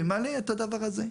תמלא את הדבר הזה.